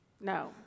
no